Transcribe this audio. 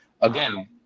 again